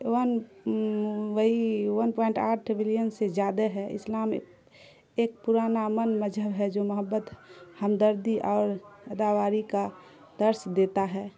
one وہی one point آٹھ billion سے زیادہ ہے اسلام ایک پرانا من مذہب ہے جو محبت ہمدردی اور اداواری کا درس دیتا ہے